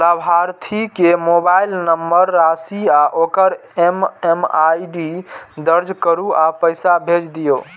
लाभार्थी के mobile number, राशि आ ओकर एम.एम.आई.डी दर्ज करू आ पैसा भेज दियौ